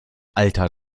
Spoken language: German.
alter